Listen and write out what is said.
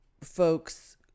folks